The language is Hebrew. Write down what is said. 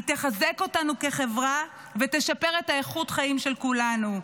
היא תחזק אותנו כחברה ותשפר את איכות החיים של כולנו.